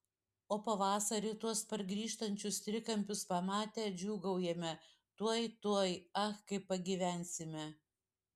o pavasarį tuos pargrįžtančius trikampius pamatę džiūgaujame tuoj tuoj ak kaip pagyvensime